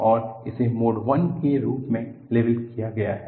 और इसे mode I के रूप में लेबल किया गया है